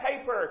paper